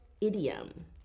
idiom